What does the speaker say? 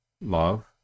love